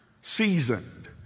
seasoned